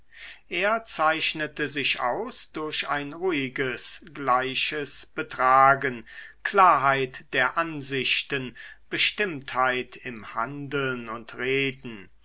er zeichnete sich aus durch ein ruhiges gleiches betragen klarheit der ansichten bestimmtheit im handeln und reden